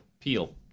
Peel